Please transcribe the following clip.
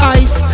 ice